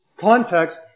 context